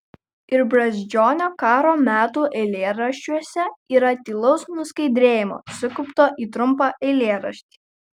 ir brazdžionio karo metų eilėraščiuose yra tylaus nuskaidrėjimo sukaupto į trumpą eilėraštį